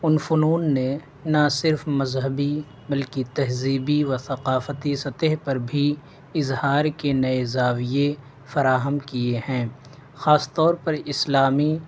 ان فنون نے نہ صرف مذہبی بلکہ تہذیبی و ثقافتی سطح پر بھی اظہار کے نئے زاویے فراہم کیے ہیں خاص طور پر اسلامی